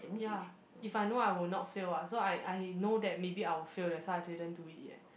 ya if I know I will not fail ah so I I know that maybe I will fail that's why I didn't do it yet